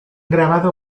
grabado